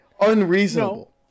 unreasonable